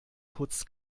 putz